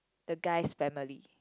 the guy's family